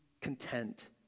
content